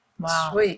Wow